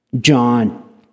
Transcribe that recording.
John